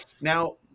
Now